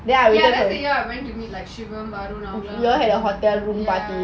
then you all were going to be like shimmer maroon ya